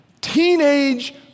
teenage